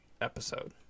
episode